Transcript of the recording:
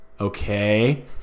okay